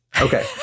Okay